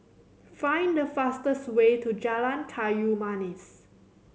find the fastest way to Jalan Kayu Manis